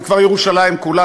זה כבר ירושלים כולה,